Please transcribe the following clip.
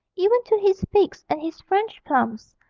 even to his figs and his french plums.